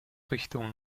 richtung